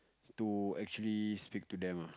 to actually speak to them ah